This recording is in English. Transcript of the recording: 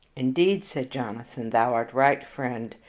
indeed, said jonathan, thou art right, friend.